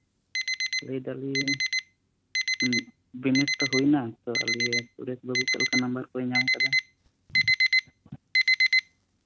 ᱞᱟᱹᱭ ᱫᱟᱞᱤᱧ ᱵᱤᱱᱤᱰ ᱛᱚ ᱦᱩᱭ ᱱᱟ ᱟᱞᱮ ᱥᱩᱨᱮᱥ ᱵᱟᱹᱵᱩ ᱪᱮᱫᱠᱟ ᱱᱟᱢᱵᱟᱨ ᱠᱚᱭ ᱧᱟᱢ ᱠᱟᱫᱟ